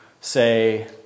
say